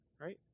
right